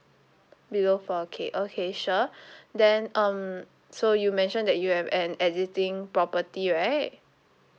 below four K okay sure then um so you mentioned that you have an existing property right